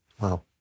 Wow